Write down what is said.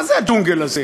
מה זה הג'ונגל הזה?